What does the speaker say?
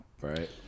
right